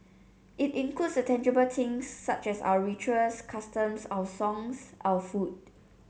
it includes the intangible things such as our rituals customs our songs our food